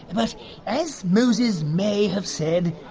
but as moses may have said,